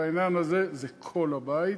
בעניין הזה זה כל הבית.